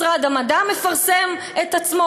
משרד המדע מפרסם את עצמו,